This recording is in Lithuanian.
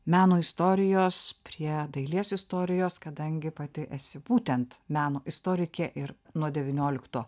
meno istorijos prie dailės istorijos kadangi pati esi būtent meno istorikė ir nuo devyniolikto